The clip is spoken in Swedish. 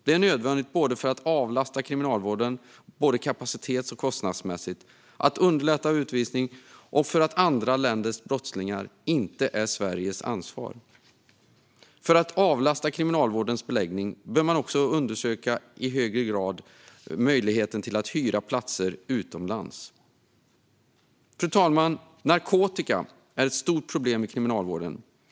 Det är nödvändigt för att avlasta kriminalvården, både kapacitets och kostnadsmässigt, för att underlätta utvisning och för att andra länders brottslingar inte är Sveriges ansvar. För att avlasta kriminalvårdens beläggning bör man också i högre grad undersöka möjligheten att hyra platser utomlands. Fru talman! Narkotika är ett stort problem i kriminalvården.